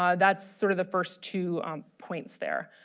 um that's sort of the first two points there.